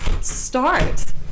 start